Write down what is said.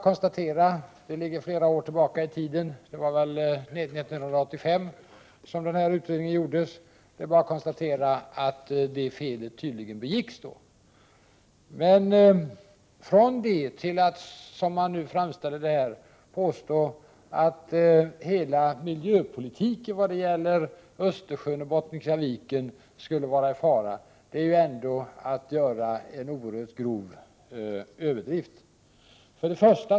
Detta ligger flera år tillbaka i tiden, utredningen gjordes 1985. Det är bara att konstatera att felet tydligen begicks då. Men därifrån till att påstå att hela miljöpolitiken för Östersjön och Bottniska viken skulle vara i fara är det ganska långt. Det är att göra en oerhört grov överdrift.